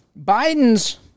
Biden's